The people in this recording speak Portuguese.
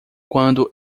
quando